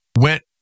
went